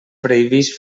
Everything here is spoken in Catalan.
previst